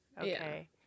Okay